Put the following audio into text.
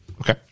okay